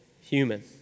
human